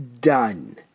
done